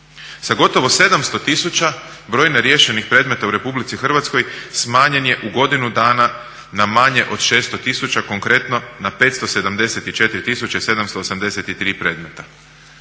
Sa gotovo 700 tisuća broj neriješenih predmeta u RH smanjen je u godinu dana na manje od 600 tisuća, konkretno na 574 783 predmeta.